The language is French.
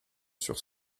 sur